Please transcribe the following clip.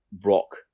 rock